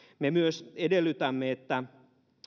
me myös edellytämme että